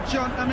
John